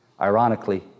Ironically